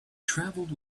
travelled